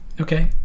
okay